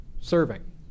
Serving